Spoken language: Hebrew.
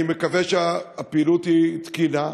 אני מקווה שהפעילות היא תקינה.